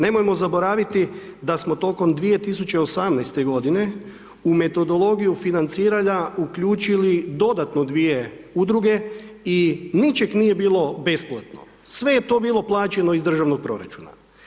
Nemojmo zaboraviti da smo tokom 2018. godine u metodologiju financiranja uključili dodatno dvije udruge i ničeg nije bilo besplatno, sve je to bilo plaćeno iz držanog proračuna.